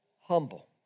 humble